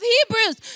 Hebrews